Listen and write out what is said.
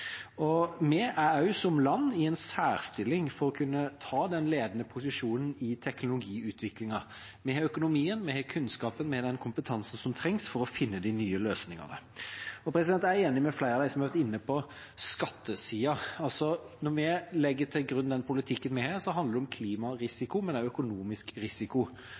lykkes. Vi som land er også i en særstilling for å kunne ta den ledende posisjonen i teknologiutviklingen. Vi har økonomien, og vi har kunnskapen med den kompetansen som trengs for å finne de nye løsningene. Jeg er enig med flere av dem som har vært inne på skattesida. Når vi legger til grunn den politikken vi har, handler det om klima og risiko, men også om økonomisk risiko.